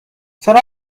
چرا